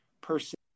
person